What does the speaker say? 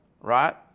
right